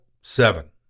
seven